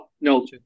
no